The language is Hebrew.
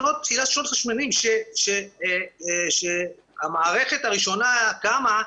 בתחילת שנות ה-80' כשהמערכת הראשונה קמה,